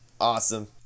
Awesome